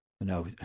No